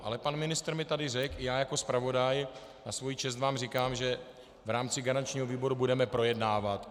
Ale pan ministr mi tady řekl, já jako zpravodaj na svoji čest vám říkám, že v rámci garančního výboru budeme projednávat.